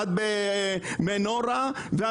אחד במנורה וכו',